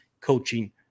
coaching